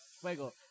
Fuego